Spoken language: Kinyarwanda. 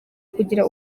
kugira